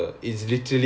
okay K